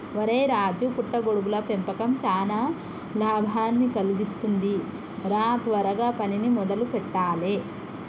ఒరై రాజు పుట్ట గొడుగుల పెంపకం చానా లాభాన్ని కలిగిస్తుంది రా త్వరగా పనిని మొదలు పెట్టాలే